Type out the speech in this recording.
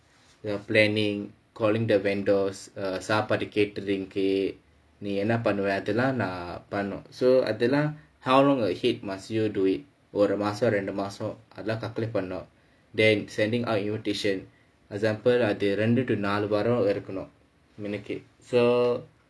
so planning calling the vendors err சாப்பாடு:saapaadu catering இங்கு நீ என்ன பண்ணுவே அதெல்லாம் நான் பண்ணுனும்:ingu nee enna pannuvae athellaam naan pannunom so அதெல்லாம்:athellaam how long ahead must you do it ஒரு மாசம் இரண்டு மாசம் அதெல்லாம்:oru maasam rendu maasam athellaam calculate பண்ணுனும்:pannunom then sending out invitation example lah அது இரண்டு:athu irandu to நாலு வாரம் இருக்குனும் முன்னுக்கு:naalu vaaram irukkunum munukku so